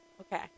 Okay